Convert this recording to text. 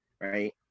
right